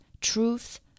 truth